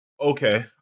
Okay